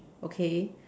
okay